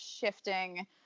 shifting